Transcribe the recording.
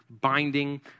binding